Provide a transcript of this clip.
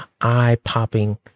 eye-popping